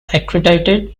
accredited